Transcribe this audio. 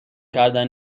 کردن